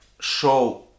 show